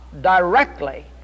directly